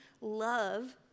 love